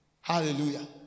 Hallelujah